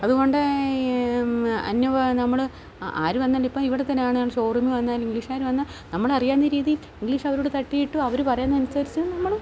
അതുകൊണ്ട് അന്യ നമ്മൾ ആര് വന്നാലുമിപ്പം ഇവിടെ തന്നെയാണ് ഷോ റൂമീ വന്നാലും ഇംഗ്ലീഷ്കാർ വന്നാൽ നമ്മൾ അറിയാവുന്ന രീതിയിൽ ഇംഗ്ലീഷ് അവരോട് തട്ടിയിട്ടു അവർ പറയുന്ന അനുസരിച്ച് നമ്മൾ